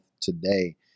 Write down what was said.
today